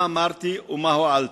מה אמרתי ומה הועלתי?